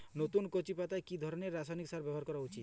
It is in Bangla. নতুন কচি পাতায় কি ধরণের রাসায়নিক সার ব্যবহার করা উচিৎ?